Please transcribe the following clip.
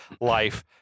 life